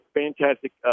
fantastic